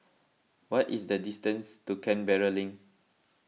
what is the distance to Canberra Link